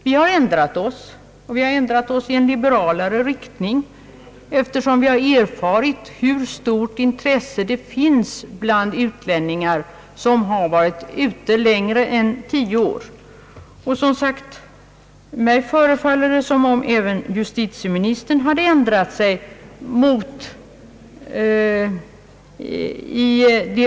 Vi har ändrat oss, och vi har ändrat oss i en liberalare riktning, ef tersom vi har erfarit hur stort intresse det finns bland utlänningar som varit ute längre än tio år. Och som sagt, mig förefaller det som om även justitieministern hade ändrat sig.